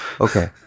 Okay